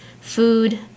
food